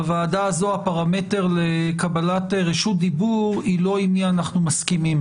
בוועדה הזו הפרמטר לקבלת רשות דיבור הוא לא עם מי אנחנו מסכימים,